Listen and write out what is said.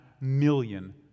million